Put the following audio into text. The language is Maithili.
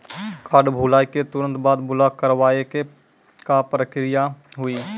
कार्ड भुलाए के तुरंत बाद ब्लॉक करवाए के का प्रक्रिया हुई?